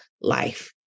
life